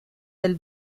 del